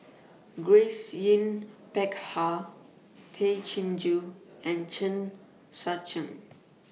Grace Yin Peck Ha Tay Chin Joo and Chen Sucheng